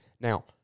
Now